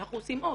אנחנו עושים עוד.